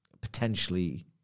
potentially